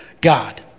God